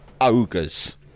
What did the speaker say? ogres